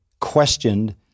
questioned